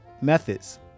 methods